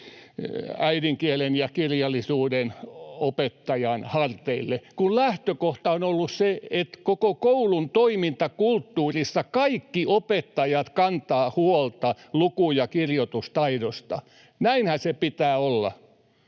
äidinkielen ja kirjallisuuden opettajan harteille, kun lähtökohta on ollut se, että koko koulun toimintakulttuurissa kaikki opettajat kantavat huolta luku- ja kirjoitustaidosta. Näinhän sen pitää olla.